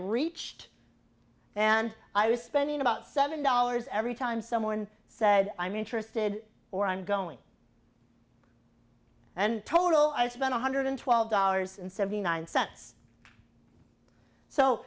reached and i was spending about seven dollars every time someone said i'm interested or i'm going and total i spent one hundred twelve dollars and seventy nine cents so